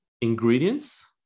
ingredients